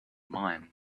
mind